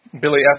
Billy